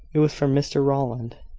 it was from mr rowland.